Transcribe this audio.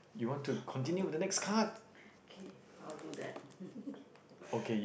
you want to continue with the next card okay